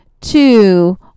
two